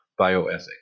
bioethics